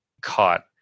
caught